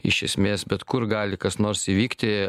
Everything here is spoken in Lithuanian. iš esmės bet kur gali kas nors įvykti